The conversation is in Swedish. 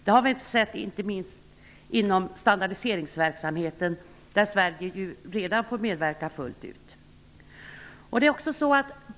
Det har vi sett inte minst inom standardiseringsverksamheten, där Sverige redan får medverka fullt ut.